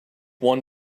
one